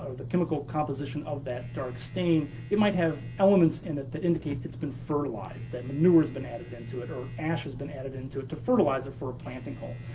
the chemical composition of that dark stain, it might have elements in it that indicate it's been fertilized, that manure's been added into it or ash has been added into it to fertilize it for a planting hole.